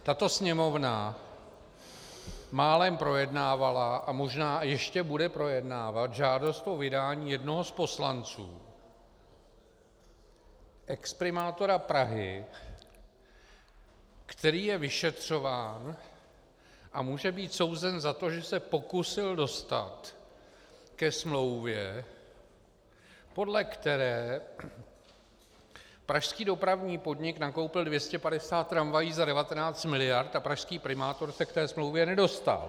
Tato Sněmovna málem projednávala a možná ještě bude projednávat žádost o vydání jednoho z poslanců, exprimátora Prahy, který je vyšetřován a může být souzen za to, že se pokusil dostat ke smlouvě, podle které pražský Dopravní podnik nakoupil 250 tramvají za 19 miliard, a pražský primátor se k té smlouvě nedostal.